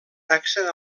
taxes